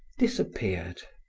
disappeared.